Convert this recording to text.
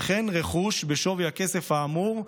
וכן רכוש בשווי הכסף האמור,